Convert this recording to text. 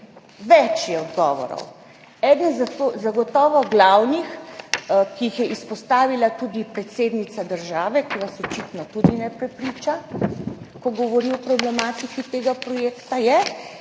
projekt? Odgovorov je več. Eden glavnih, ki jih je izpostavila tudi predsednica države, ki vas očitno tudi ne prepriča, ko govori o problematiki tega projekta, je